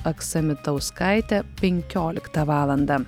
aksamitauskaite penkioliktą valandą